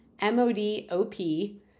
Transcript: M-O-D-O-P